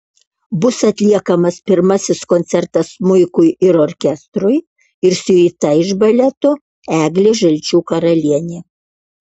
bus atliekamas pirmasis koncertas smuikui ir orkestrui ir siuita iš baleto eglė žalčių karalienė